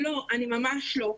לא, אני ממש לא.